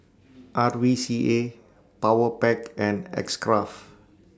R V C A Powerpac and X Craft